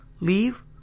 leave